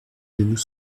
genoux